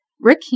Rick